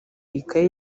ikaye